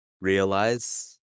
realize